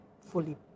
fully